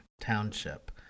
Township